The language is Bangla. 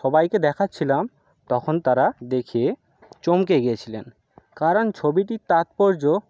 সবাইকে দেখাচ্ছিলাম তখন তারা দেখে চমকে গিয়েছিলেন কারণ ছবিটির তাৎপর্য